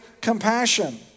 compassion